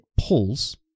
pulls